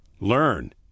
Learn